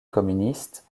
communiste